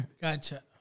Gotcha